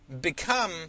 become